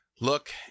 look